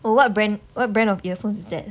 oh what brand what brand of earphones is that